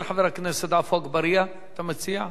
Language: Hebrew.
כן, חבר הכנסת עפו אגבאריה, אתה מציע?